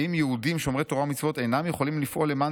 האם יהודים שומרי תורה ומצוות אינם יכולים לפעול למען